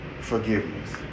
forgiveness